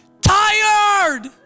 tired